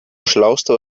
schlauste